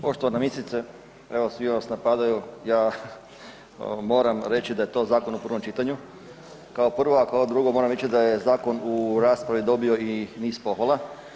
Poštovana ministrice, evo svi vas napadaju, ja moram reći da je to zakon u prvo čitanju, kao prvo, a kao drugo moram reći da je zakon u raspravi dobio i niz pohvala.